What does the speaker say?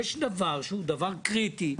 יש דבר שהוא דבר קריטי,